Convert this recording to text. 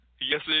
yes